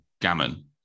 gammon